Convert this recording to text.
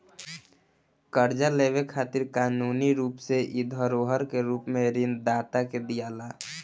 कर्जा लेवे खातिर कानूनी रूप से इ धरोहर के रूप में ऋण दाता के दियाला